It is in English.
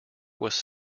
was